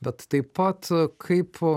bet taip pat kaip